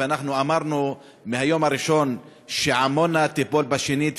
ואנחנו אמרנו מהיום הראשון שעמונה תיפול בשנית,